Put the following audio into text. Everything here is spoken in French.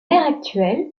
actuel